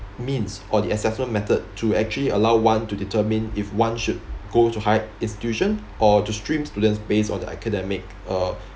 means or the assessment method to actually allow one to determine if one should go to higher institution or to stream students based on their academic uh